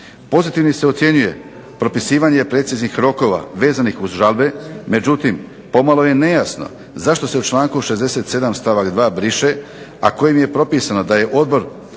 Pozitivnim se ocjenjuje propisivanje preciznih rokova vezanih uz žalbe, međutim pomalo je nejasno zašto se člankom 67. stavak 2. briše, a kojim je propisano da je Odbor